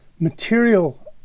material